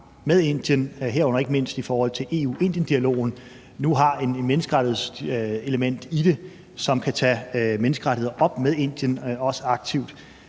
med Indien, herunder ikke mindst i forhold til EU-Indien-dialogen, nu har et menneskerettighedselement i det, som kan tage menneskerettigheder op med Indien, også aktivt.